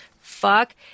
fuck